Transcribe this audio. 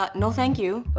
ah no thank you. but